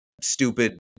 stupid